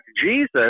Jesus